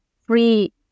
free